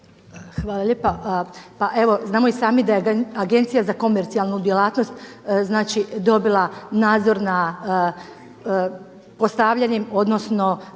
Hvala lijepa. Pa evo znamo i sami da je Agencija za komercijalnu djelatnost znači dobila nadzor nad postavljanjem, odnosno